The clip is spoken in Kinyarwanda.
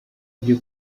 byo